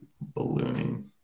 Ballooning